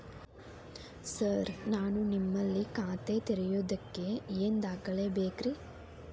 Sir ನಾನು ನಿಮ್ಮಲ್ಲಿ ಖಾತೆ ತೆರೆಯುವುದಕ್ಕೆ ಏನ್ ದಾಖಲೆ ಬೇಕ್ರಿ?